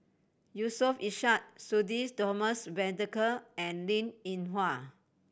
Yusof Ishak Sudhir Thomas Vadaketh and Linn In Hua